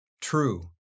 true